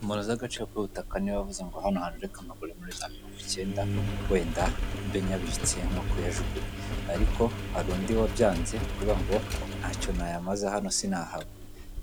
umuntu uzi agaciro k'ubutaka niwe wavuze ngo hano hantu reka mpagure muri za mirongocyenda, wenda mbe nyabitse nukuyajugunya. Ariko hari undi wabyanze aravuga ngo ntacyo nahamaza hano sinahaba.